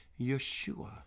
Yeshua